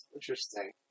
Interesting